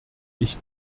ich